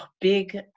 big